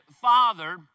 Father